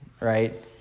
right